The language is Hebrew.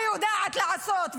היא יודעת לעשות,